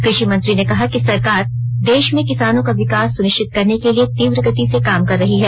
कृषि मंत्री ने कहा कि सरकार देश में किसानों का विकास सुनिश्चित करने के लिए तीव्रगति से काम कर रही है